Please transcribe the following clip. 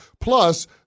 Plus